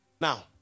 Now